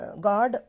God